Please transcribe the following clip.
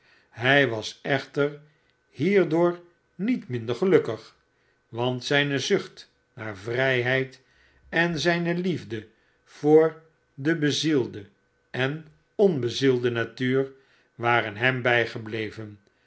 hij was echter hierdoor niet minder gelukkig want zijne zucht naar vrijheid en zijne liefde voor de bezielde en onbezielde natuur waren hem bijgebleven